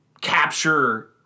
capture